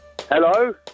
Hello